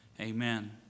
Amen